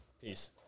Peace